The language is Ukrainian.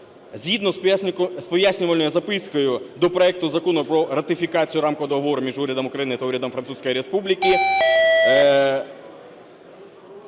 Згідно з пояснювальною запискою до проекту Закону про ратифікацію Рамкового договору між Урядом України та Урядом Французької Республіки